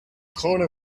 corner